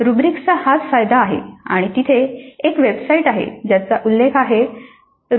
रुब्रिक्सचा हाच फायदा आहे आणि तिथे एक वेबसाइट आहे ज्याचा उल्लेख आहे rubistar